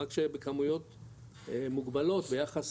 רק שבכמויות מוגבלות, ביחס,